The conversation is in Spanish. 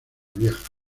vieja